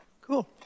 cool